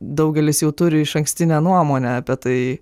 daugelis jau turi išankstinę nuomonę apie tai